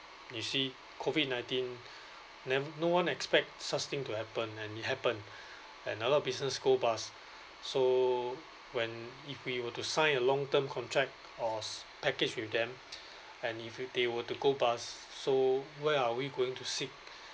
you see COVID nineteen then no one expect such thing to happen and it happen and a lot of business go bust so when if we were to sign a long term contract or s~ package with them and if will they were to go bust so where are we going to seek